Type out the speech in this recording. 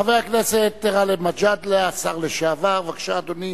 חבר הכנסת גאלב מג'אדלה, השר לשעבר, בבקשה, אדוני.